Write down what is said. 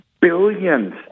billions